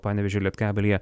panevėžio lietkabelyje